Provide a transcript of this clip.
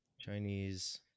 Chinese